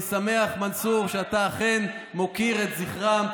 אני שמח, מנסור, שאתה אכן מוקיר את זכרם.